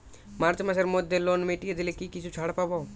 March মাসের মধ্যে loan মিটিয়ে দিলে কি কিছু ছাড় পাব?